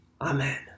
Amen